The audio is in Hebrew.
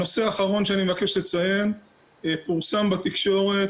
הנושא האחרון שאני מבקש לציין - פורסם בתקשורת